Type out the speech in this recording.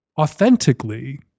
authentically